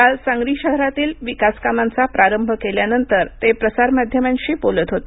काल सांगली शहरातील विकास कामांचा प्रारंभ केल्यानंतर ते प्रसारमाध्यमांशी बोलत होते